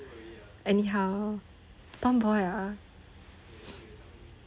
anyhow tomboy ah